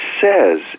says